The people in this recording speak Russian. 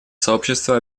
сообщество